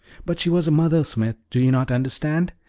but she was a mother, smith, do you not understand?